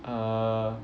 err